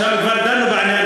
שם כבר דנו בעניין,